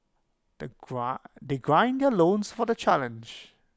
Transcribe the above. they gruss grussing their loans for the challenge